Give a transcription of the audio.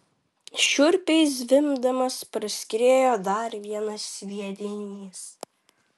šiurpiai zvimbdamas praskriejo dar vienas sviedinys